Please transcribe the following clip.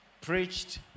preached